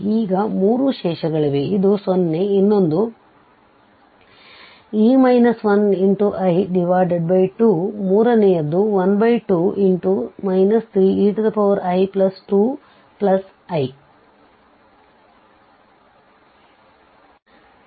ಈಗ ಮೂರು ಶೇಷಗಳಿವೆ ಒಂದು 0 ಇನ್ನೊಂದು e 1i2 ಮೂರನೆಯದು 12 3ei2i